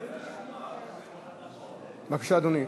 בבקשה, אדוני.